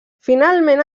finalment